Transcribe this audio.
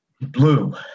Blue